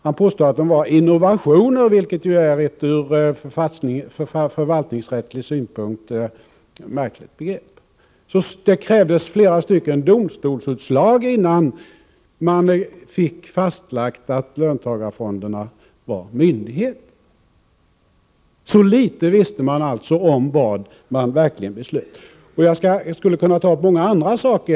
Man påstod att löntagarfonderna var innovationer, vilket ju är ett ur förvaltningsrättslig synpunkt märkligt begrepp. Det krävdes flera domstolsutslag innan vi fick fastlagt att löntagar fonderna var myndigheter. Så litet visste man alltså när det gällde vad man — Nr 148 verkligen beslutade om! Onsdagen den Jag skulle kunna ta upp många andra saker.